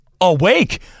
awake